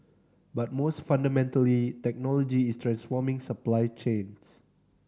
but most fundamentally technology is transforming supply chains